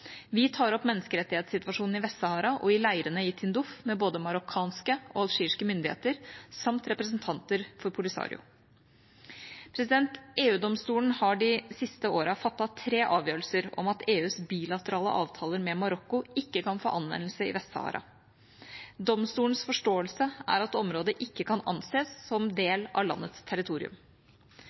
Vi tar opp menneskerettighetssituasjonen i Vest-Sahara og i leirene i Tindouf med både marokkanske og algeriske myndigheter, samt med representanter for Polisario. EU-domstolen har de siste årene fattet tre avgjørelser om at EUs bilaterale avtaler med Marokko ikke kan få anvendelse i Vest-Sahara. Domstolens forståelse er at området ikke kan anses som del av landets territorium.